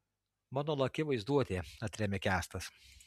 mano laki vaizduotė atremia kęstas